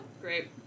Great